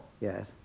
Yes